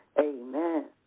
Amen